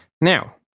Now